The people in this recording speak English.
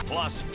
Plus